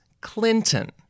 Clinton